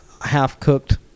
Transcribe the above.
half-cooked